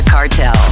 Cartel